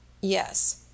Yes